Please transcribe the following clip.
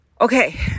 okay